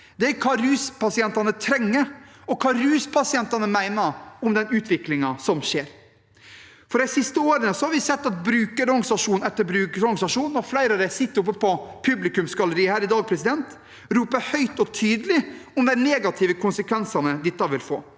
om, er hva ruspasientene trenger, og hva ruspasientene mener om den utviklingen som skjer. De siste årene har vi sett at brukerorganisasjon etter brukerorganisasjon – flere av dem sitter oppe på publikumsgalleriet i dag – roper høyt og tydelig om de negative konsekvensene dette vil få.